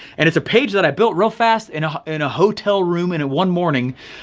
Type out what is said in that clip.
and it's a page that i built real fast in a in a hotel room in a one morning.